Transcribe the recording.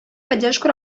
поддержку